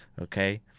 okay